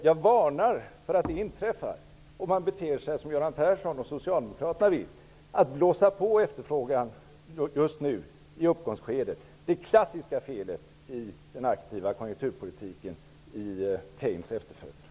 Jag varnar för vad som kan inträffa om man beter sig så som Göran Persson och Socialdemokraterna vill, nämligen att just nu i uppgångsskedet blåsa under efterfrågan -- det klassiska felet i den aktiva konjunkturpolitiken i Keynes efterföljd.